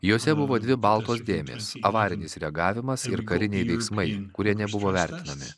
jose buvo dvi baltos dėmės avarinis reagavimas ir kariniai veiksmai kurie nebuvo vertinami